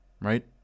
right